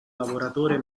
lavoratore